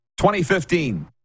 2015